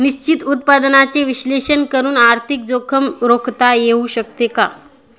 निश्चित उत्पन्नाचे विश्लेषण करून आर्थिक जोखीम रोखता येऊ शकते का?